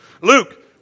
Luke